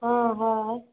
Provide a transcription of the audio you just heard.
हाँ हय